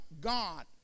god